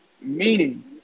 meaning